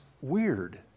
weird